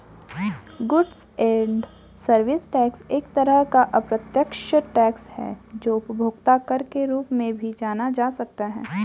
goods and service tax एक तरह का अप्रत्यक्ष टैक्स है जो उपभोक्ता कर के रूप में भी जाना जा सकता है